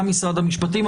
גם משרד המשפטים.